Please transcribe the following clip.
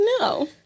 no